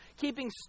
keeping